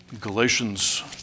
Galatians